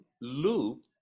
loop